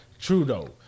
Trudeau